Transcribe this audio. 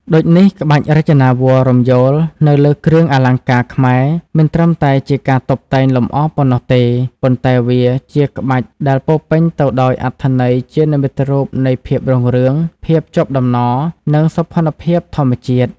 ដូចនេះ ក្បាច់រចនាវល្លិ៍រំយោលនៅលើគ្រឿងអលង្ការខ្មែរមិនត្រឹមតែជាការតុបតែងលម្អប៉ុណ្ណោះទេ ប៉ុន្តែវាជាក្បាច់ដែលពោរពេញទៅដោយអត្ថន័យជានិមិត្តរូបនៃភាពរុងរឿង ភាពជាប់តំណ និងសោភ័ណភាពធម្មជាតិ។